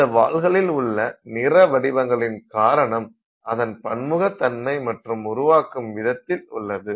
இந்த வாள்களில் உள்ள நிற வடிவங்களின் காரணம் அதன் பன்முகத்தன்மை மற்றும் உருவாக்கும் விதத்தில் உள்ளது